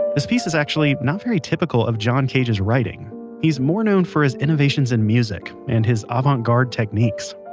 this piece is actually not very typical of john cage's writing he's more known for his innovations in music, and his avante garde techniques.